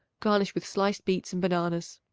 garnish with sliced beets and bananas.